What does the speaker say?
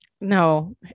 No